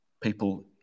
People